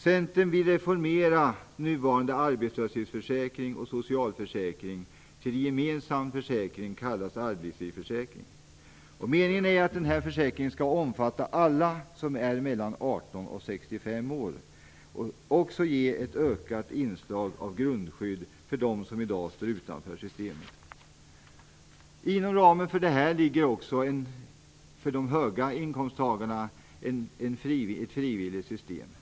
Centern vill reformera nuvarande arbetslöshetsförsäkring och socialförsäkring till en gemensam försäkring kallad arbetslivsförsäkring. Meningen är att den försäkringen skall omfatta alla som är mellan 18 och 65 år och även ge ett ökat inslag av grundskydd för dem som i dag står utanför systemet. Inom ramen för det här ligger också ett frivilligt system för höginkomsttagarna.